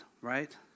right